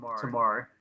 Tomorrow